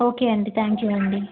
okay అండి thank you అండి